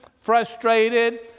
frustrated